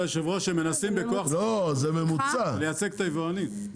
כבוד היושב-ראש, הם מנסים בכוח לרסק את היבואנים.